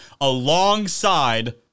alongside